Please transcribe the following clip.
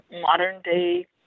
modern-day